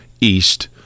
east